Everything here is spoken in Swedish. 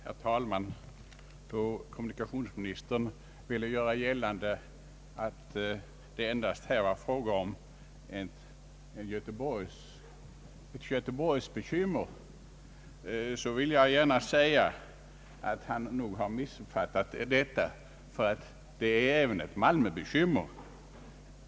Herr talman! Eftersom kommunikationsministern ville göra gällande, att det här endast var fråga om ett göteborgsbekymmer, vill jag gärna säga att han nog har missuppfattat detta. Det är även ett malmöbekymmer.